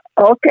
okay